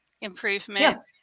improvement